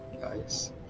guys